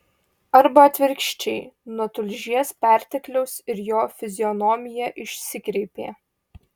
arba atvirkščiai nuo tulžies pertekliaus ir jo fizionomija išsikreipė